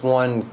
one